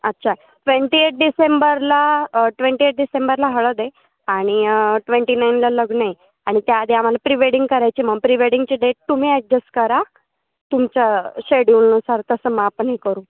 अच्छा twenty eight डिसेंबरला twenty eight डिसेंबरला हळद आहे आणि ट्वेंटी नाईनला लग्न आहे आणि त्याआधी आम्हाला प्री वेडिंग करायची मग प्री वेडिंगची डेट तुम्ही ॲडजस्ट करा तुमच्या शेड्युलनुसार तसं मग आपण हे करू